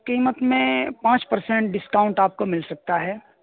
قیمت میں پانچ پرسنٹ ڈسکاؤنٹ آپ کو مل سکتا ہے